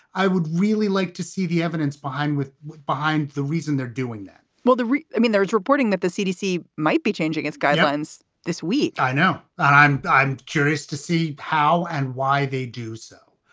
i would really like to see the evidence behind with behind the reason they're doing that well, i mean, there is reporting that the cdc might be changing its guidelines this week i know i'm i'm curious to see how and why they do so,